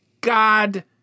God